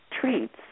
treats